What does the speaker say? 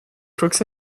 crooks